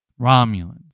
Romulans